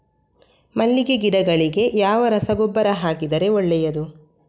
ಮಲ್ಲಿಗೆ ಗಿಡಗಳಿಗೆ ಯಾವ ರಸಗೊಬ್ಬರ ಹಾಕಿದರೆ ಒಳ್ಳೆಯದು?